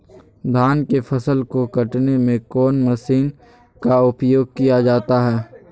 धान के फसल को कटने में कौन माशिन का उपयोग किया जाता है?